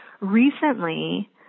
recently